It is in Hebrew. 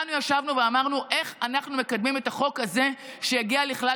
כולנו ישבנו ואמרנו איך אנחנו מקדמים את החוק שיגיע לכלל